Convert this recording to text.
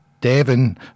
Devon